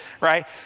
right